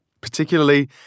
Particularly